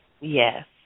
yes